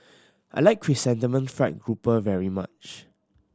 I like Chrysanthemum Fried Grouper very much